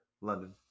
London